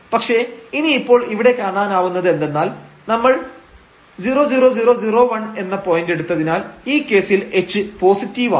പക്ഷേ ഇനി ഇപ്പോൾ ഇവിടെ കാണാനാവുന്നത് എന്തെന്നാൽ നമ്മൾ 00001 എന്ന പോയന്റ് എടുത്തതിനാൽ ഈ കേസിൽ h പോസിറ്റീവ് ആണ്